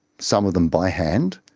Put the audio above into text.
some of them by hand,